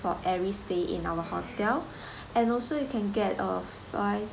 for every stay in our hotel and also you can get a five